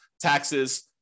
taxes